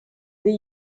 des